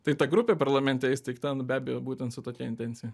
tai ta grupė parlamente įsteigta nu be abejo būtent su tokia intencija